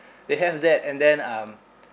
they have that and then um